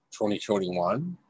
2021